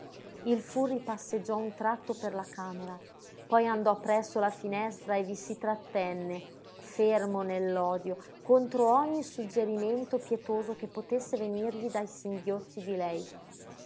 il furri passeggiò un tratto per la camera poi andò presso la finestra e vi si trattenne fermo nell'odio contro ogni suggerimento pietoso che potesse venirgli dai singhiozzi di lei